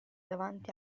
davanti